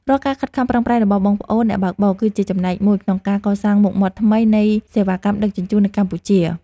រាល់ការខិតខំប្រឹងប្រែងរបស់បងប្អូនអ្នកបើកបរ គឺជាចំណែកមួយក្នុងការកសាងមុខមាត់ថ្មីនៃសេវាកម្មដឹកជញ្ជូននៅកម្ពុជា។